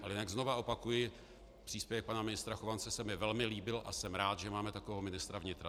Ale jinak znova opakuji: příspěvek pana ministra Chovance se mi velmi líbil a jsem rád, že máme takového ministra vnitra.